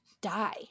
die